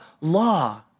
law